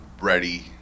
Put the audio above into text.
ready